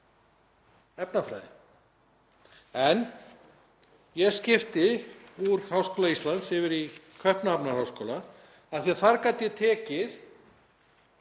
efnafræði. En ég skipti úr Háskóla Íslands yfir í Kaupmannahafnarháskóla af því að þar gat ég tekið